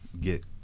get